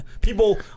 people